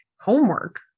homework